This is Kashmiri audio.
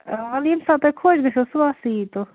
آ ییٚمہِ ساتہٕ تۄہہِ خۄش گٔژھوٕ صُبحسٕے ییٖتو